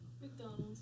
McDonald's